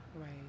Right